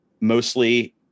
mostly